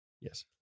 Yes